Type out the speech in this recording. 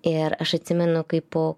ir aš atsimenu kai po